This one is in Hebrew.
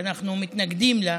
שאנחנו מתנגדים לה,